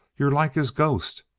you're like his ghost!